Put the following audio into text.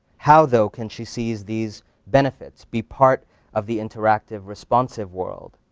how, though, can she seize these benefits, be part of the interactive responsive world,